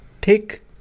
take